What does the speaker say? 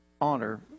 honor